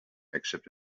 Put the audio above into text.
except